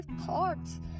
thoughts